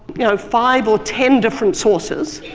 you know, five or ten different sources.